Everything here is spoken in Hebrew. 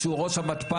שהוא ראש המתפ"ש,